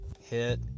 hit